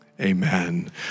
amen